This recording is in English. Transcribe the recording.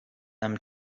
them